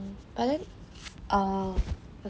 but then err